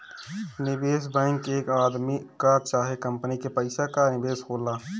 निवेश बैंक एक आदमी कअ चाहे कंपनी के पइसा कअ निवेश होला